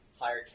higher